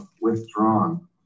withdrawn